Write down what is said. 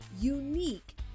unique